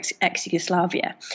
ex-Yugoslavia